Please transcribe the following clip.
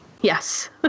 Yes